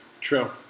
True